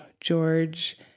George